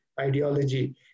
ideology